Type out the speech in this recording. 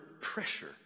pressure